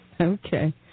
Okay